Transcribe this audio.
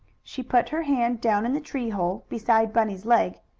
she put her hand down in the tree-hole, beside bunny's leg,